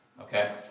Okay